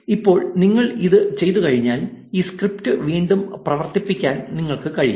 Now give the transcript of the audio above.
ഇപ്പോൾ നിങ്ങൾ ഇത് ചെയ്തുകഴിഞ്ഞാൽ ഈ സ്ക്രിപ്റ്റ് വീണ്ടും പ്രവർത്തിപ്പിക്കാൻ നമുക്ക് ശ്രമിക്കാം